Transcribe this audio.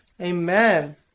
Amen